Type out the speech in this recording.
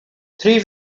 three